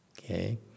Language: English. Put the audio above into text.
Okay